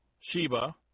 Sheba